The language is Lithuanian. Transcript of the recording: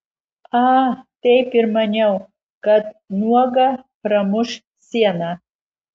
a taip ir maniau kad nuoga pramuš sieną